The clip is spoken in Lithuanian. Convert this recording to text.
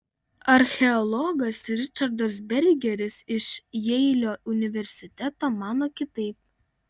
archeologas ričardas bergeris iš jeilio universiteto mano kitaip